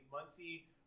Muncie